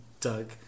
Doug